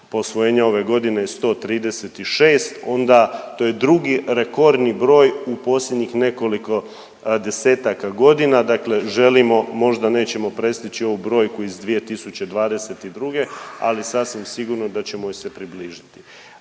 posvojenja ove godine je 136, onda, to je drugi rekordni broj u posljednjih nekoliko desetaka godina, dakle želimo, možda nećemo prestići ovu brojku iz 2022., ali sasvim sigurno da ćemo joj se približiti.